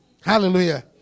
Hallelujah